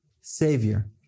savior